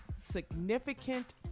significant